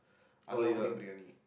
oh ya